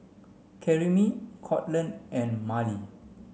Karyme Courtland and Marlie